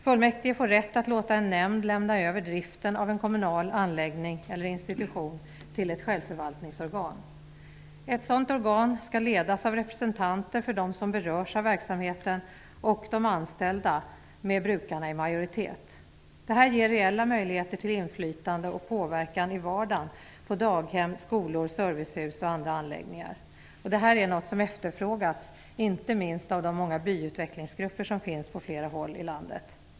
Fullmäktige får rätt att låta en nämnd lämna över driften av en kommunal anläggning eller institution till ett självförvaltningsorgan. Ett sådant organ skall ledas av representanter för dem som berörs av verksamheten och de anställda -- med brukarna i majoritet. Det ger reella möjligheter till inflytande och påverkan i vardagen på daghem, skolor, servicehus och andra anläggningar. Det är något som efterfrågas, inte minst av de många byutvecklingsgrupper som finns på flera håll i landet.